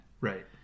Right